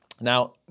Now